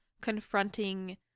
confronting